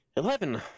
Eleven